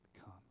come